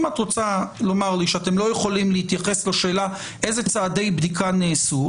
אם את רוצה לומר לי שאתם לא יכולים להתייחס לשאלה איזה צעדי בדיקה נעשו,